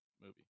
movie